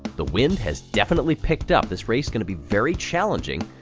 the wind has definitely picked up, this race gonna be very challenging.